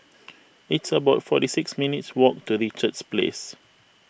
it's about forty six minutes' walk to Richards Place